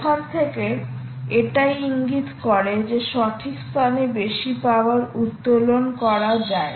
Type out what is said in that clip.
এখান থেকে এটাই ইঙ্গিত করে যে সঠিকস্থানে বেশি পাওয়ার উত্তোলন করা যায়